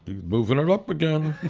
moving it up again.